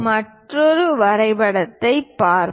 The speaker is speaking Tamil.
மற்றொரு வரைபடத்தைப் பார்ப்போம்